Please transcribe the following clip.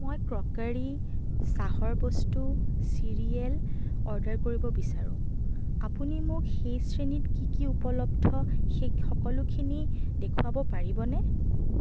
মই ক্ৰকাৰী চাহৰ বস্তু চিৰিয়েল অৰ্ডাৰ কৰিব বিচাৰোঁ আপুনি মোক সেই শ্ৰেণীত কি কি উপলব্ধ সেই সকলোখিনি দেখুৱাব পাৰিবনে